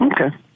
Okay